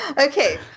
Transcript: Okay